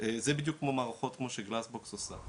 זה בדיוק כמו במערכות של ש בגלאסבוקס עושה.